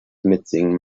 mitsingen